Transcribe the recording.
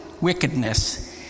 wickedness